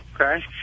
Okay